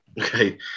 Okay